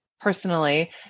personally